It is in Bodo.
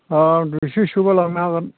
आं दुइस'सोबा लांनो हागोन